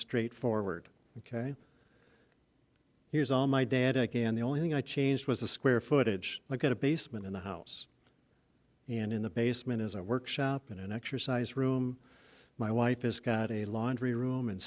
straightforward ok here's all my dad again the only thing i changed was the square footage i got a basement in the house and in the basement is a workshop in an exercise room my wife has got a laundry room and